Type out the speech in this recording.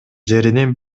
жеринен